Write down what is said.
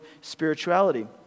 spirituality